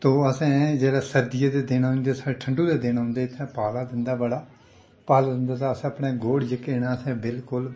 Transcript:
तो असें जेल्लै सर्दियें दे दिन औंदे उसलै ठंडु दे दिन औंदे इत्थै पाला दिंदा ऐ बड़ा पाला दिंदा तां असें अपने गोढ़ जेह्के न असें बिल्कुल